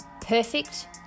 Perfect